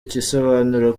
gisobanuro